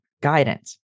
guidance